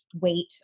weight